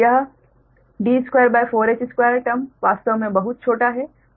हालाँकि यह D24h2 term वास्तव में बहुत छोटा है